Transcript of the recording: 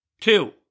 Two